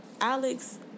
Alex